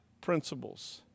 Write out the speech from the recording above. principles